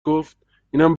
گفت، اینم